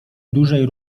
dużej